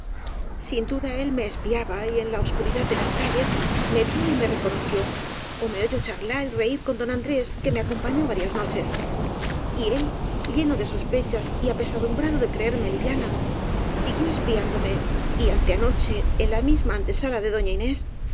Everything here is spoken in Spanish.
sin duda él me espiaba y en la obs curidad de las calles me vió y me reconoció ó me oyó charlar y reir con don andrés que me acom pañó varias noches y él lleno de sospechas y ape sadumbrado de creerme liviana siguió espiándo me y anteanoche en la misma antesala de doña inés